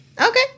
Okay